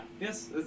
Yes